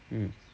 mm